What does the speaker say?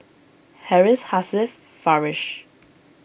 Harris Hasif Farish